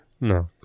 No